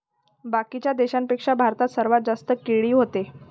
बाकीच्या देशाइंपेक्षा भारतात सर्वात जास्त केळी व्हते